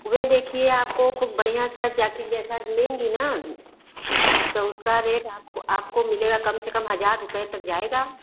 वे दिखिए आपको ख़ूब बढ़िया जैकेट जैसा लेंगी ना तो उसका रेट आपको आपको मिलेगा कम से कम हज़ार रुपये तक जाएगा